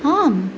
आम्